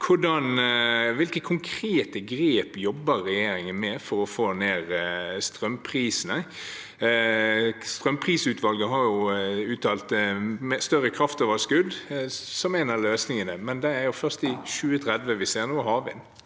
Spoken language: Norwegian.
konkrete grep jobber regjeringen med for å få ned strømprisene? Strømprisutvalget har uttalt at større kraftoverskudd er en av løsningene, men det er først i 2030 vi ser noe havvind.